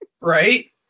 Right